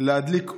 להדליק אור,